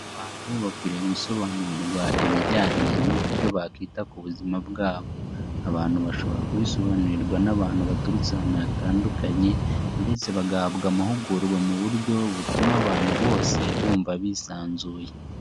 Abantu bakwiriye gusobanurirwa ibijyanye n'uburyo bakita ku buzima bwabo, abantu bashobora kubisobanurirwa n'abantu baturutse ahantu hatandukanye ndetse bagahabwa amahugurwa mu buryo butuma abantu bose bumva bisanzuye.